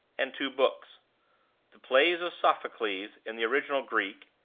and two books the plays of sophocles, in the original greek,